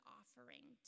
offering